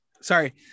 Sorry